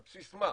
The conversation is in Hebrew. על בסיס מה?